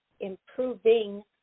improving